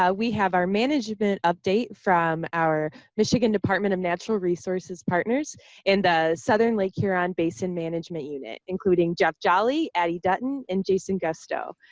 we have our management update from our michigan department of natural resources partners in the southern lake huron basin management unit, including jeff jolley, addie dutton, and jason gostiaux.